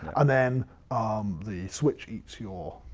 and then the switch eats your